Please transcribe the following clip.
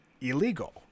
illegal